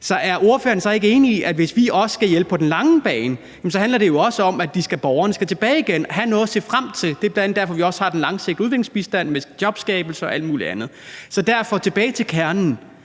Er ordføreren så ikke enig i, at hvis vi også skal hjælpe på den lange bane, handler det jo også om, at borgerne skal tilbage igen og have noget at se frem til? Det er bl.a. derfor, at vi også har den langsigtede udviklingsbistand med jobskabelse og alt muligt andet. Så tilbage til kernen: